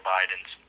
Biden's